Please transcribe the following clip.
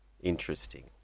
interesting